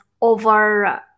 over